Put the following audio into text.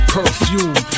Perfume